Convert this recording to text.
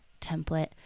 template